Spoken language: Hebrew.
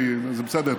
זה בסדר,